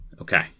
Okay